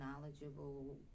knowledgeable